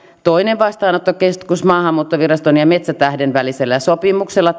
toinen vastaanottokeskus maahanmuuttoviraston ja metsätähden välisellä sopimuksella